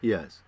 Yes